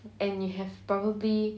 and you have probably